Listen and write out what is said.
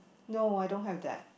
no I don't have that